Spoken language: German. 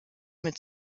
mit